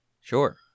sure